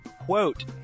quote